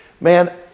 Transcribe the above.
man